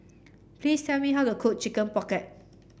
please tell me how to cook Chicken Pocket